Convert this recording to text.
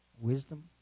wisdom